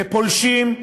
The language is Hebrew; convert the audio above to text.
כפולשים,